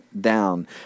down